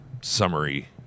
summary